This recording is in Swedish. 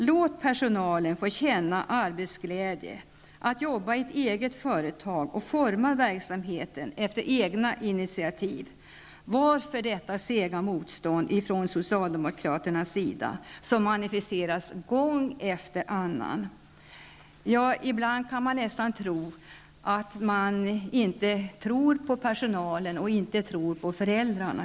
Låt personalen få känna arbetsglädje, jobba i ett eget företag och forma verksamheten efter egna initiativ! Varför detta sega motstånd från socialdemokraternas sida, som manifesteras gång efter annan? Ibland kan man nästan misstänka att socialdemokraterna inte tror på personalen och inte heller på föräldrarna.